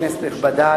כנסת נכבדה,